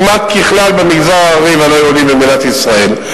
כמעט ככלל, במגזר הערבי והלא-יהודי במדינת ישראל.